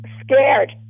scared